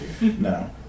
No